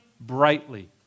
brightly